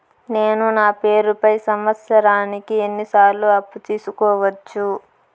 నేను నా పేరుపై సంవత్సరానికి ఎన్ని సార్లు అప్పు తీసుకోవచ్చు?